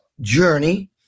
journey